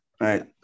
Right